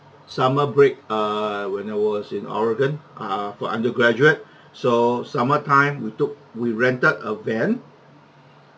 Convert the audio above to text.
summer break err when I was in oregon uh for undergraduate so summer time we took we rented a van